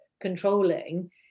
controlling